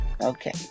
Okay